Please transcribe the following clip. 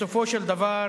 בסופו של דבר